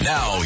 Now